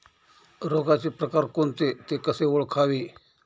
रोगाचे प्रकार कोणते? ते कसे ओळखावे?